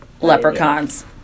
leprechauns